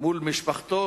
מול משפחתו,